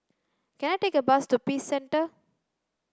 can I take a bus to Peace Centre